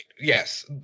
Yes